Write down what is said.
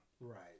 right